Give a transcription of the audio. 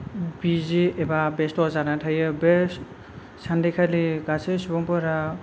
बिजि एबा बेस्त' जानानै थायो बे सान्देखालि गासै सुबुंफोरा